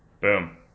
Boom